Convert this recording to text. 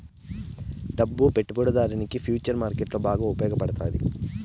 డబ్బు పెట్టుబడిదారునికి ఫుచర్స్ మార్కెట్లో బాగా ఉపయోగపడతాయి